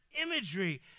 imagery